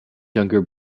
younger